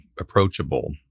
approachable